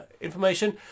information